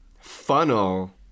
funnel